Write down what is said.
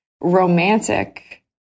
romantic